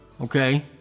Okay